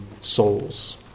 souls